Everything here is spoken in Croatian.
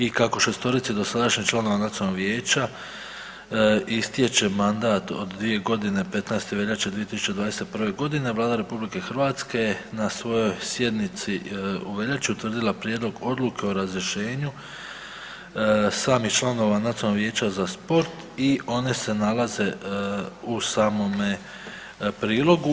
I kako 6-torici dosadašnjih članova nacionalnog vijeća istječe mandat od 2 godine 15. veljače 2021. godine Vlada RH na svojoj sjednici u veljači utvrdila prijedlog odluke o razrješenju samih članova Nacionalnog vijeća za sport i one se nalaze u samome prilogu.